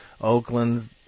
Oakland